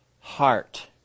heart